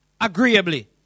agreeably